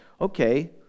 okay